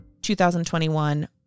2021